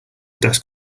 desk